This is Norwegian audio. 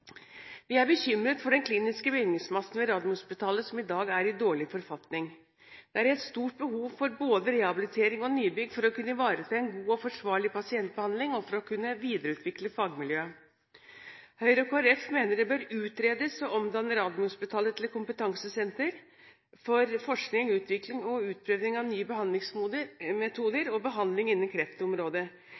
Vi er bekymret for den kliniske bygningsmassen ved Radiumhospitalet, som i dag er i dårlig forfatning. Det er et stort behov for både rehabilitering og nybygg for å kunne ivareta en god og forsvarlig pasientbehandling og for å kunne videreutvikle fagmiljøet. Høyre og Kristelig Folkeparti mener det bør utredes å omdanne Radiumhospitalet til et kompetansesenter for forskning, utvikling og utprøving av nye behandlingsmetoder og behandling innen kreftområdet.